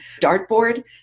dartboard